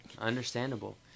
Understandable